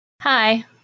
Hi